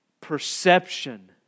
perception